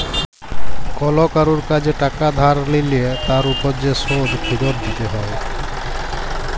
call কারুর কাজে টাকা ধার লিলে তার উপর যে শোধ ফিরত দিতে হ্যয়